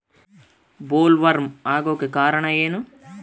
Bollworm ಆಗೋಕೆ ಕಾರಣ ಏನು?